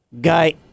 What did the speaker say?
guy